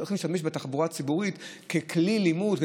להשתמש בתחבורה הציבורית ככלי לימוד,